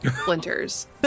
Splinters